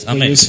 Amen